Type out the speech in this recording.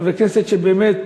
חברי כנסת שבאמת,